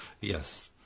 Yes